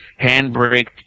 Handbrake